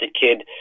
kid